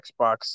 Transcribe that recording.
Xbox